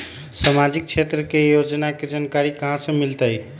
सामाजिक क्षेत्र के योजना के जानकारी कहाँ से मिलतै?